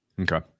Okay